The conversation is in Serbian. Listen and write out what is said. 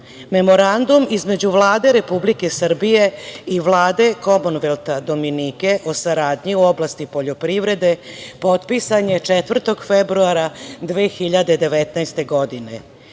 između Vlade Republike Srbije i Vlade Komonvelta Dominike o saradnji u oblasti poljoprivrede potpisan je 4. februara 2019. godine.